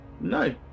No